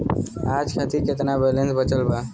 आज खातिर केतना बैलैंस बचल बा?